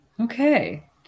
Okay